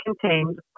contained